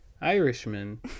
Irishman